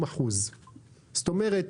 זאת אומרת,